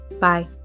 bye